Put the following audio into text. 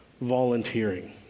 volunteering